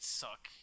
suck